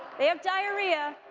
they have diarrhea,